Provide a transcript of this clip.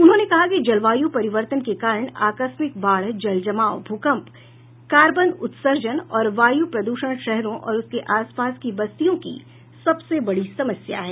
उन्होंने कहा कि जलवायू परिवर्तन के कारण आकस्मिक बाढ़ जल जमाव भूकम्प कार्बन उत्सर्जन और वायु प्रदूषण शहरों और उसके आस पास की बस्तियों की सबसे बड़ी समस्या है